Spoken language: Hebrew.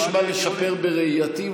יש מה לשפר בראייתי,